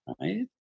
Right